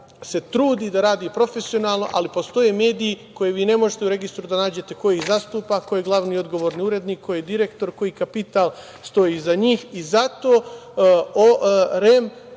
se trudi da radi profesionalno, ali postoje mediji koje vi ne možete u registru da nađete ko ih zastupa, ko je glavni i odgovorni urednik, ko je direktor, koji kapital stoji iza njih. Zato REM